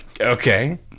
Okay